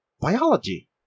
biology